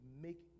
make